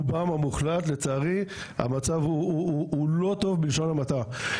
רובן המוחלט לצערי המצב לא טוב בלשון המעטה.